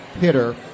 hitter